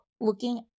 looking